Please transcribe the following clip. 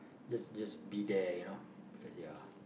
just just be there you now cause ya